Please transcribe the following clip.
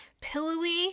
Pillowy